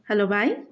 hello भाइ